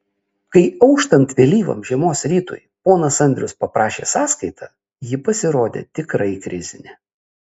kai auštant vėlyvam žiemos rytui ponas andrius paprašė sąskaitą ji pasirodė tikrai krizinė